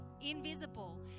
invisible